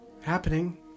happening